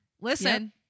listen